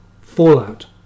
fallout